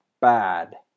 bad